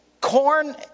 corn